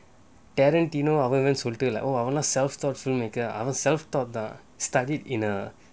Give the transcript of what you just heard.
darren tino argument little like !wah! I'm a self-taught filmmaker I'm a self-taught studied in a